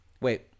Wait